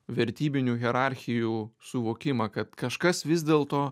vertybinių hierarchijų suvokimą kad kažkas vis dėlto